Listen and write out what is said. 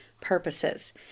purposes